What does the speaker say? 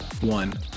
one